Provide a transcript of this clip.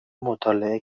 مطالعه